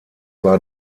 war